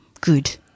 good